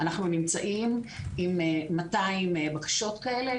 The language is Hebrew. אנחנו נמצאים עם 200 בקשות כאלה,